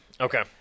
Okay